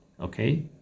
okay